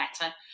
better